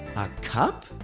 a cup?